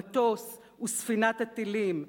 המטוס וספינת הטילים.